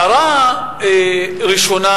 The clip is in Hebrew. הערה ראשונה,